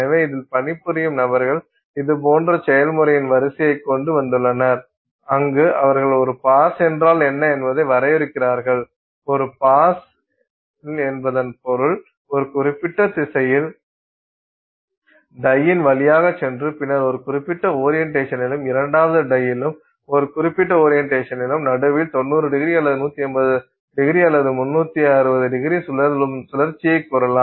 எனவே இதில் பணிபுரியும் நபர்கள் இதுபோன்ற செயல்முறையின் வரிசையைக் கொண்டு வந்துள்ளனர் அங்கு அவர்கள் ஒரு பாஸ் என்றால் என்ன என்பதை வரையறுக்கிறார்கள் ஒரு பாஸில் என்பதன்பொருள் ஒரு குறிப்பிட்ட திசையில் முதல் டையின் வழியாகச் சென்று பின்னர் ஒரு குறிப்பிட்ட ஓரியன்டேசனில்லும் இரண்டாவது டையிலும் ஒரு குறிப்பிட்ட ஓரியன்டேசனில்லும் நடுவில் 90º அல்லது 180º அல்லது 360º சுழலும்சுழற்சியைக் கூறலாம்